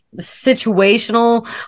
situational